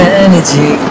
energy